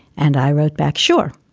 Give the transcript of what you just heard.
and i wrote back. sure.